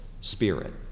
Spirit